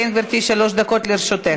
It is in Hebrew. כן, גברתי, שלוש דקות לרשותך.